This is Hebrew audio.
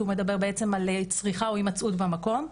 כי הוא מדבר על צריכה או הימצאות במקום.